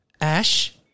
Ash